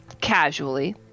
Casually